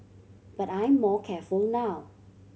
but I'm more careful now